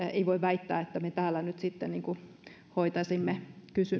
ei voi väittää että me täällä nyt sitten hoitaisimme